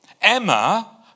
Emma